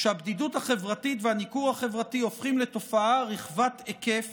שהבדידות החברתית והניכור החברתי הופכים לתופעה רחבת היקף